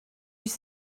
use